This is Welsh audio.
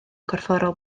corfforol